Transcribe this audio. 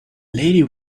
lady